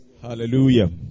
Hallelujah